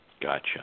Gotcha